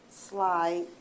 slide